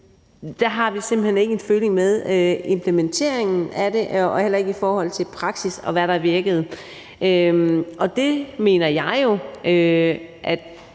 så har vi simpelt hen ikke en føling med implementeringen af det, og heller ikke i forhold til hvad der i praksis har virket. Og det mener jeg jo at